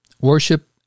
worship